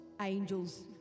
Angels